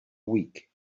week